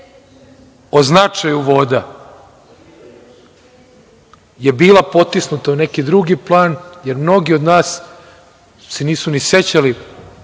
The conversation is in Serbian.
o značaju voda je bila potisnuta u neki drugi plan, jer mnogi od nas se nisu ni sećali